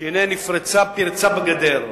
שהנה נפרצה פרצה בגדר,